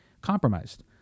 compromised